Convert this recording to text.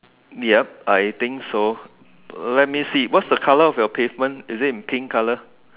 yup I think so uh let me see what's the colour of your pavement is it in pink colour